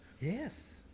Yes